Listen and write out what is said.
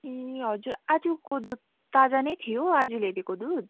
ए हजुर आजको दुध ताजा नै थियो आज ल्याइदिएको दुध